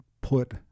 put